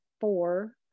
four